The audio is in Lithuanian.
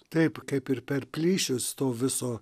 taip kaip ir per plyšius to viso